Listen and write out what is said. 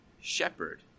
shepherd